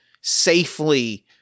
safely